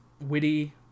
witty